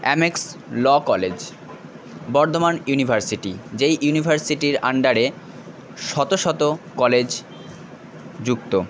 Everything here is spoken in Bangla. Amex law college Burdwan university যেই ইউনিভার্সিটির আন্ডারে শত শত কলেজ যুক্ত